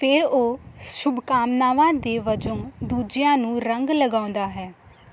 ਫਿਰ ਉਹ ਸ਼ੁਭਕਾਮਨਾਵਾਂ ਦੇ ਵਜੋਂ ਦੂਜਿਆਂ ਨੂੰ ਰੰਗ ਲਗਾਉਂਦਾ ਹੈ